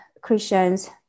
Christians